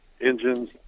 engines